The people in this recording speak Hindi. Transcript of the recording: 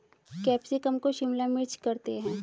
कैप्सिकम को शिमला मिर्च करते हैं